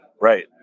right